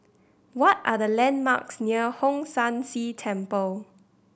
what are the landmarks near Hong San See Temple